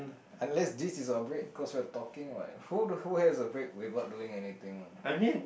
unless this is a break cause we are talking what who who has a break without doing anything one